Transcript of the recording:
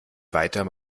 weiter